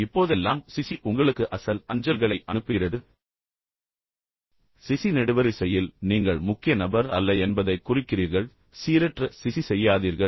இப்போதெல்லாம் சிசி உண்மையில் உங்களுக்கு அசல் அஞ்சல்களை அனுப்புகிறது ஆனால் சிசி நெடுவரிசையில் நீங்கள் முக்கிய நபர் அல்ல என்பதைக் குறிக்கிறீர்கள் ஆனால் சீரற்ற சிசி செய்யாதீர்கள்